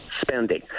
spending